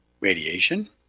radiation